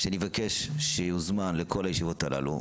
אני אבקש שהוא יוזמן לכל הישיבות הללו,